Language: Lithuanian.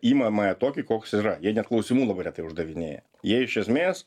ima mane tokį koks yra jie net klausimų labai retai uždavinėja jie iš esmės